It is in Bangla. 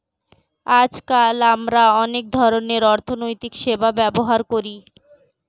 আজকাল আমরা অনেক ধরনের অর্থনৈতিক সেবা ব্যবহার করি